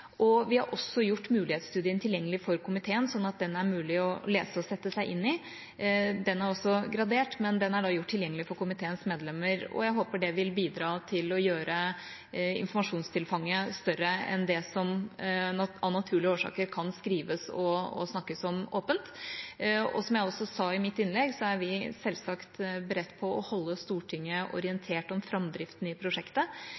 tekstlig. Vi har også gjort mulighetsstudien tilgjengelig for komiteen, sånn at den er mulig å lese og sette seg inn i. Den er også gradert, men er gjort tilgjengelig for komiteens medlemmer. Jeg håper det vil bidra til å gjøre informasjonstilfanget større enn det som av naturlige årsaker kan skrives om og snakkes om åpent. Som jeg også sa i mitt innlegg, er vi selvsagt beredt til å holde Stortinget